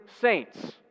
saints